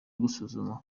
gusuzuma